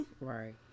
Right